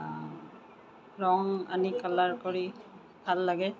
ৰং আনি কালাৰ কৰি ভাল লাগে